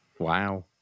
wow